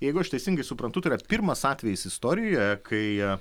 jeigu aš teisingai suprantu tai yra pirmas atvejis istorijoje kai